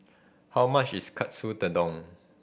how much is Katsu Tedon